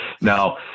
Now